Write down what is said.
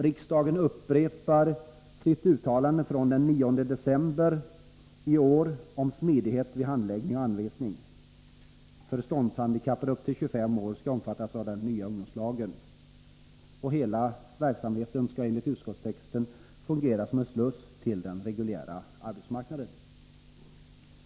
Riksdagen upprepar sitt uttalande från den 9 december i år om smidighet vid handläggning och anvisning. Hela verksamheten skall enligt utskottstexten fungera som en sluss till den reguljära arbetsmarknaden.